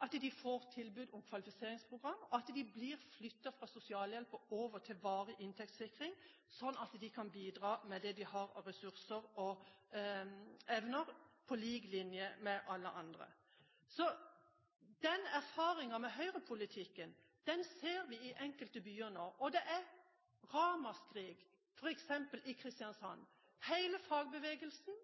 at de får tilbud om kvalifiseringsprogram, og at de blir flyttet fra sosialhjelp og over til varig inntektssikring, sånn at de kan bidra med det de har av ressurser og evner, på lik linje med alle andre. Erfaringen med høyrepolitikk ser vi i enkelte byer nå. Det er et ramaskrik f.eks. i Kristiansand. Hele fagbevegelsen